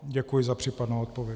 Děkuji za případnou odpověď.